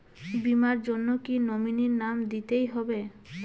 বীমার জন্য কি নমিনীর নাম দিতেই হবে?